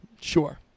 sure